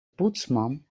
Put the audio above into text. poetsman